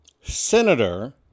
senator